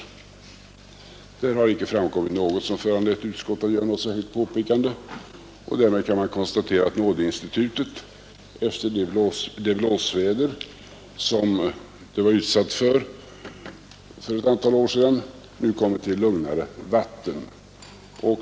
Det har härvidlag icke framkommit något som föranlett utskottet att göra något särskilt påpekande, och därmed kan man konstatera att nådeinstitutet efter det blåsväder som det för ett antal år sedan var utsatt för nu kommit i lugnare vatten.